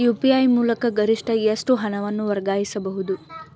UPI ಮೂಲಕ ಗರಿಷ್ಠ ಎಷ್ಟು ಹಣವನ್ನು ವರ್ಗಾಯಿಸಬಹುದು?